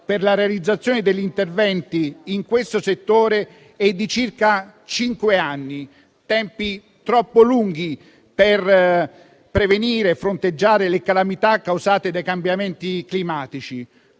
per la realizzazione degli interventi in questo settore è di circa cinque anni: sono tempi troppo lunghi per prevenire e fronteggiare le calamità causate dai cambiamenti climatici.